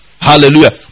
Hallelujah